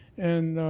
and